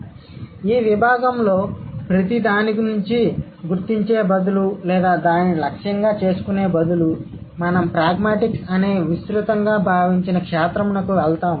కాబట్టి ఈ విభాగంలో ప్రతిదాని నుండి గుర్తించే బదులు లేదా దానిని లక్ష్యంగా చేసుకునే బదులు మేము ప్రాగ్మాటిక్స్ అనే విస్తృతంగా భావించిన క్షేత్రంనుకు వెళ్తాము